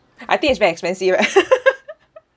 I think it's very expensive ah